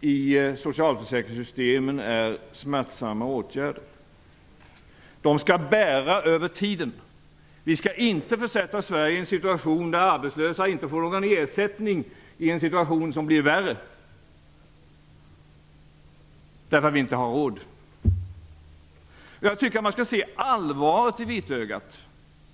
i socialförsäkringssystemen är en smärtsam åtgärd. Den skall bära över tiden. Vi skall inte försätta Sverige i en situation där arbetslösa inte får någon ersättning om förhållandena blir värre, därför att vi inte har råd. Jag tycker att man skall se allvaret i vitögat.